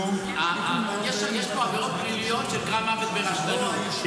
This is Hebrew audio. יש פה עבירות פליליות, שקרה מוות ברשלנות.